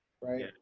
right